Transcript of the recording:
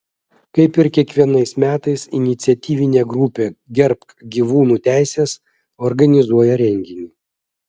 kaip ir kiekvienais metais iniciatyvinė grupė gerbk gyvūnų teises organizuoja renginį